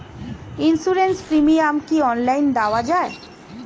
Insurance premium কি online দেওয়া যায়?